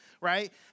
right